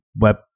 web